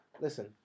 Listen